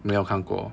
没有看过